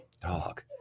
dog